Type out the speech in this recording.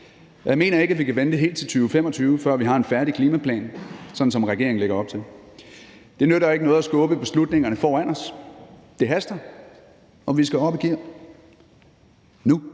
jeg mener ikke, at vi kan vente helt til 2025, før vi har en færdig klimaplan, sådan som regeringen lægger op til. Det nytter ikke noget at skubbe beslutningerne foran os – det haster, og vi skal op i gear nu.